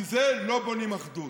מזה לא בונים אחדות.